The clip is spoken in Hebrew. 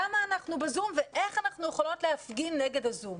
למה אנחנו ב-זום ואיך אנחנו יכולות להפגין נגד ה-זום.